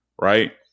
Right